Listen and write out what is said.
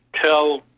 tell